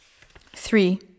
Three